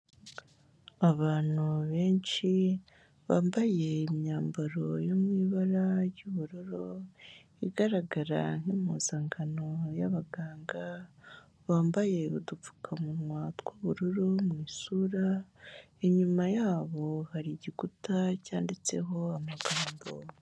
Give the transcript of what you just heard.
Abantu benshi bambaye imyambaro yo mu ibara ry'ubururu, igaragara nk'impuzangano y'abaganga, bambaye udupfukamunwa tw'ubururu mu isura, inyuma yabo hari igikuta cyanditseho amagambo.